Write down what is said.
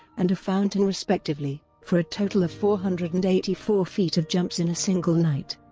and a fountain respectively, for a total of four hundred and eighty four feet of jumps in a single night.